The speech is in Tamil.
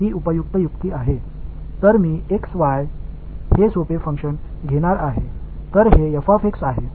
எனவே நான் y x என்ற எளிய பங்க்ஷன் எடுக்கப் போகிறேன்